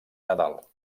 nadal